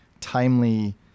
timely